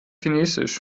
chinesisch